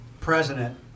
president